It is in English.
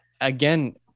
again